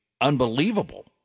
unbelievable